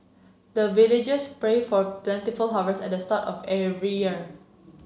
the villagers pray for plentiful harvest at start of every year